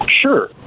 sure